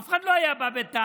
אף אחד לא היה בא בטענה.